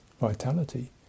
vitality